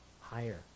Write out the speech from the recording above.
higher